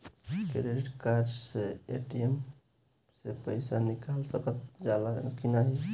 Credit card से ATM से पइसा निकाल सकल जाला की नाहीं?